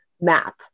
map